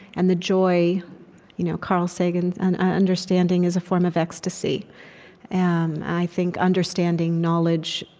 and the joy you know carl sagan's and ah understanding is a form of ecstasy and i think understanding, knowledge,